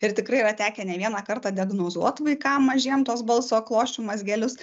ir tikrai yra tekę ne vieną kartą diagnozuot vaikam mažiem tuos balso klosčių mazgelius